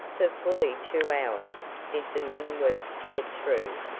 for fully two hours did the men work to get through,